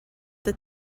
that